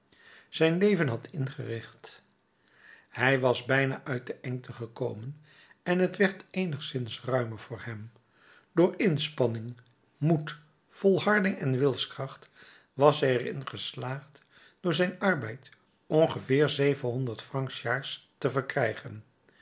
zijn leven had ingericht hij was bijna uit de engte gekomen en het werd eenigszins ruimer voor hem door inspanning moed volharding en wilskracht was hij er in geslaagd door zijn arbeid ongeveer zevenhonderd francs s jaars te verkrijgen